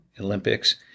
Olympics